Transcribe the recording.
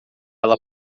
ela